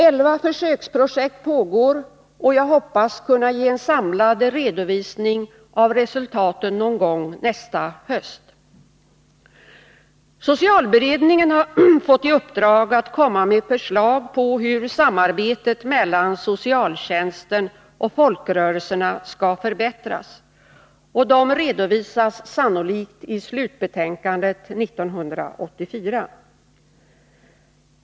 Elva försöksprojekt pågår, och jag hoppas kunna ge en samlad redovisning av resultaten någon gång nästa höst. Socialberedningen har fått i uppdrag att komma med förslag på hur samarbetet mellan socialtjänsten och folkrörelsen skall förbättras. De redovisas sannolikt i slutbetänkandet 1984.